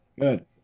Good